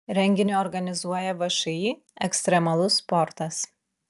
renginį organizuoja všį ekstremalus sportas